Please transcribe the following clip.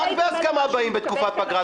רק בהסכמה באים בתקופת פגרת